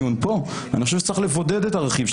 החוק עכשיו צריך לראות באמת שהרעיון